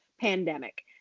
pandemic